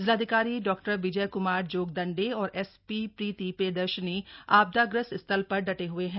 जिलाधिकारी डॉ विजय कुमार जोगदंडे और एसपी प्रीति प्रियदर्शिनी आपदाग्रस्त स्थल पर डटे हए हैं